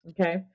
Okay